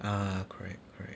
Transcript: ah correct correct